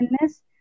illness